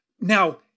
Now